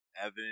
Evan